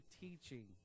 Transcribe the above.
teaching